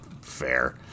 fair